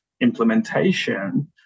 implementation